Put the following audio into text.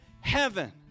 heaven